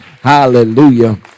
Hallelujah